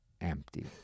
empty